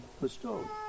bestowed